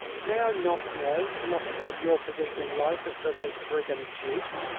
may i not know as much about your position in life as does this brigand duke?